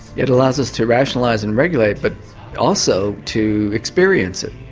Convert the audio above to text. it allows us to rationalise and regulate but also to experience it.